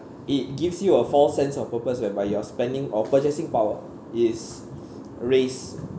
it gives you a false sense of purpose whereby your spending or purchasing power is raised